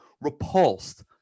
repulsed